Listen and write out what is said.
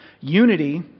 Unity